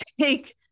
take